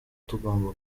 tugomba